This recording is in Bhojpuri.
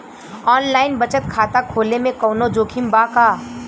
आनलाइन बचत खाता खोले में कवनो जोखिम बा का?